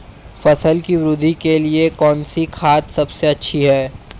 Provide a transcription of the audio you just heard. फसल की वृद्धि के लिए कौनसी खाद सबसे अच्छी है?